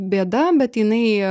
bėda bet jinai